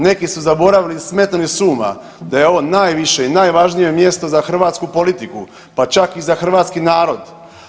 Neki su zaboravili i smetnuli s uma da je ovo najviše i najvažnije mjesto za hrvatsku politiku, pa čak i za hrvatski narod.